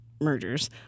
mergers